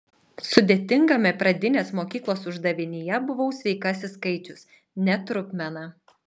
sudėtingame pradinės mokyklos uždavinyje buvau sveikasis skaičius ne trupmena